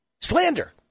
Slander